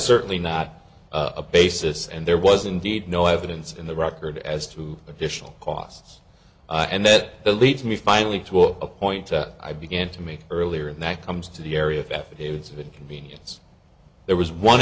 certainly not a basis and there was indeed no evidence in the record as to additional costs and that leads me finally to a point that i began to me earlier and that comes to the area of affidavits of inconvenience there was one